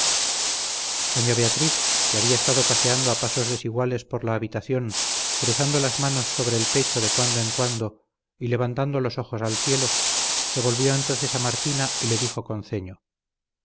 doña beatriz que había estado paseando a pasos desiguales por la habitación cruzando las manos sobre el pecho de cuando en cuando y levantando los ojos al cielo se volvió entonces a martina y le dijo con ceño